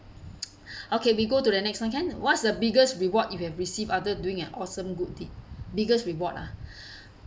okay we go to the next one can what's the biggest reward if you have received after doing an awesome good deed biggest reward ah